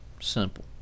Simple